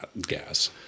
gas